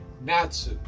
Natsu